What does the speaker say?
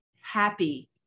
happy